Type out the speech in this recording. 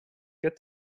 get